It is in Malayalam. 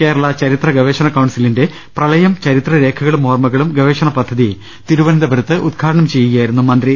കേരള ചരിത്ര ഗവേഷണ കൌൺസിലിന്റെ പ്രളയം ചരിത്രരേഖകളും ഓർമ കളും ഗവേഷണ പദ്ധതി തിരുവനന്തപുരത്ത് ഉദ്ഘാടനം ചെയ്യുകയായിരുന്നു മന്ത്രി